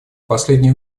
последние